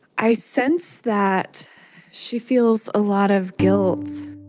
i sense that she feels a lot of guilt